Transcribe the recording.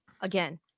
again